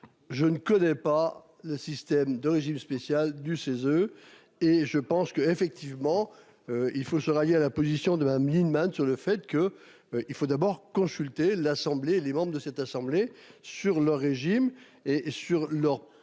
je ne connais pas le système de régime spécial du CESE. Et je pense que effectivement. Il faut se rallier à la position de Madame Lienemann sur le fait que il faut d'abord consulter l'Assemblée les membres de cette assemblée sur le régime et sur leur